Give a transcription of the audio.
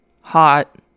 hot